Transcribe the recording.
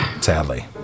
Sadly